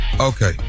Okay